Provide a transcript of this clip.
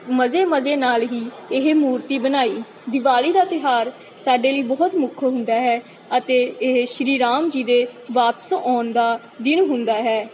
ਮਜ਼ੇ ਮਜ਼ੇ ਨਾਲ ਹੀ ਇਹ ਮੂਰਤੀ ਬਣਾਈ ਦਿਵਾਲੀ ਦਾ ਤਿਉਹਾਰ ਸਾਡੇ ਲਈ ਬਹੁਤ ਮੁੱਖ ਹੁੰਦਾ ਹੈ ਅਤੇ ਇਹ ਸ਼੍ਰੀ ਰਾਮ ਜੀ ਦੇ ਵਾਪਸ ਆਉਣ ਦਾ ਦਿਨ ਹੁੰਦਾ ਹੈ